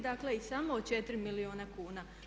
Dakle i samo o 4 milijuna kuna.